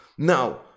Now